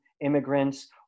immigrants